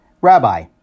Rabbi